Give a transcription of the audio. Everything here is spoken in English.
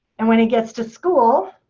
and when he gets to school